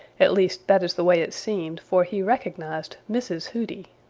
at least that is the way it seemed, for he recognized mrs. hooty.